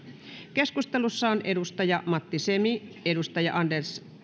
keskustelussa on matti semi anders